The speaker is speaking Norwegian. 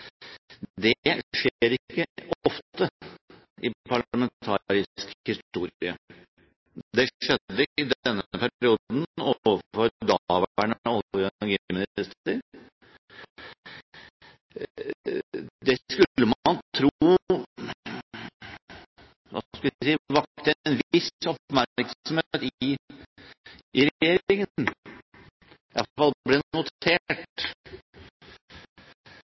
Det skjer ikke ofte i parlamentarisk historie. Det skjedde i denne perioden overfor daværende olje- og energiminister. Det skulle man tro at – hva skal vi si – vakte en viss oppmerksomhet i regjeringen, i hvert fall ble notert,